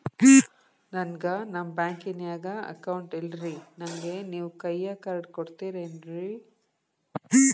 ನನ್ಗ ನಮ್ ಬ್ಯಾಂಕಿನ್ಯಾಗ ಅಕೌಂಟ್ ಇಲ್ರಿ, ನನ್ಗೆ ನೇವ್ ಕೈಯ ಕಾರ್ಡ್ ಕೊಡ್ತಿರೇನ್ರಿ?